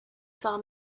saw